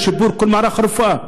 לשיפור כל מערך הרפואה.